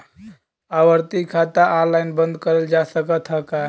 आवर्ती खाता ऑनलाइन बन्द करल जा सकत ह का?